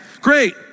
great